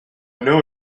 know